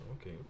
Okay